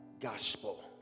gospel